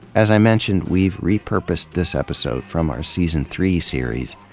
as i mentioned, we've repurposed this episode from our season three series,